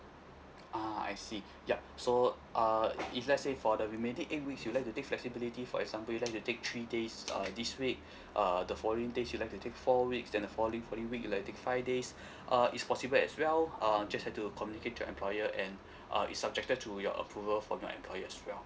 (uh huh) I see ya so uh if let's say for the remaining eight weeks you'd like to take flexibility for example you'd like to take three days err this week uh the following days you'd like to take four weeks then the following following week you'd like to take five days uh is possible as well uh just have to communicate to your employer and uh is subjected to your approval from your employer as well